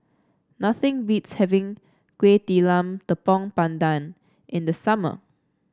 nothing beats having Kuih Talam Tepong Pandan in the summer